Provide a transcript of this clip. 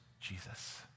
Jesus